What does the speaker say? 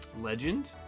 Legend